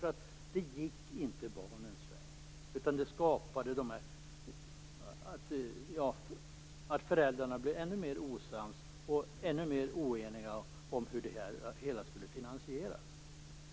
Det gick nämligen inte barnens väg, utan det innebar att föräldrar blev ännu mer oeniga om hur det hela skulle finansieras.